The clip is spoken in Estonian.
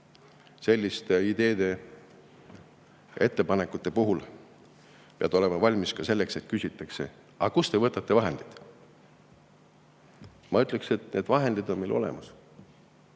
selliste ideede ja ettepanekute puhul pead olema valmis ka selleks, et küsitakse, aga kust te võtate vahendid. Ma ütleksin, et need vahendid on meil olemas.